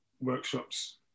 workshops